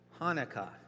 Hanukkah